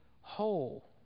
whole